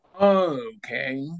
Okay